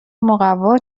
مقوا